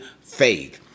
faith